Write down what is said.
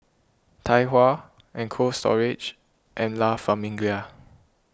Tai Hua Cold Storage and La Famiglia